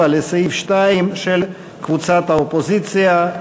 7 לסעיף 2, של קבוצת האופוזיציה.